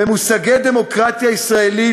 במושגי הדמוקרטיה הישראלית,